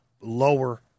lower